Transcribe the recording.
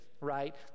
right